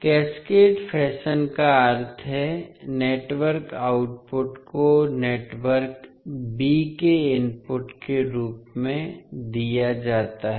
cascade fashion का अर्थ है नेटवर्क आउटपुट को नेटवर्क बी के इनपुट के रूप में दिया जाता है